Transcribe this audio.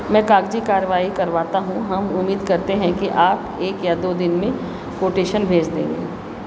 मैं कागज़ी कार्यवाही करवाता हूँ हम उम्मीद करते हैं कि आप एक या दो दिन में कोटेशन भेज देंगे